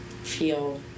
feel